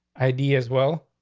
i d as well